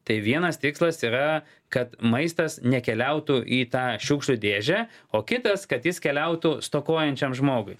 tai vienas tikslas yra kad maistas nekeliautų į tą šiukšlių dėžę o kitas kad jis keliautų stokojančiam žmogui